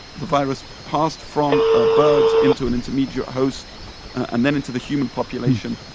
the virus passed from ah birds into an intermediate host and then into the human population,